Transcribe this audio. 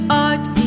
art